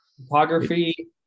Topography